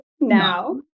now